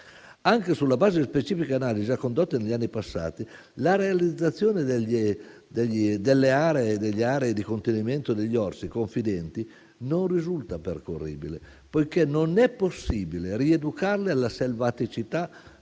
Anche sulla base di specifiche analisi condotte negli anni passati, la realizzazione delle aree di contenimento degli orsi confidenti non risulta percorribile, poiché non è possibile rieducarli alla selvaticità